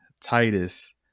Titus